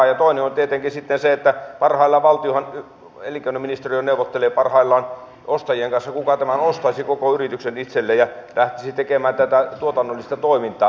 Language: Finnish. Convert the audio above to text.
ja toinen on tietenkin se että parhaillaan elinkeinoministeriö neuvottelee ostajien kanssa siitä kuka ostaisi tämän koko yrityksen itselleen ja lähtisi tekemään tätä tuotannollista toimintaa